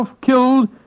killed